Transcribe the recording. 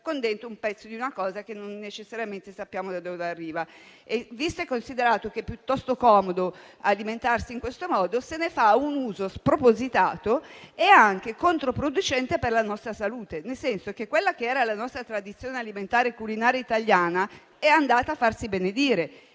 con all'interno un pezzo di un qualcosa che non necessariamente sappiamo da dove arriva. Visto e considerato che è piuttosto comodo alimentarsi in questo modo, se ne fa un uso spropositato e anche controproducente per la nostra salute. In sostanza, quella che era la nostra tradizione alimentare e culinaria italiana è andata a farsi benedire,